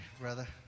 brother